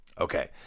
Okay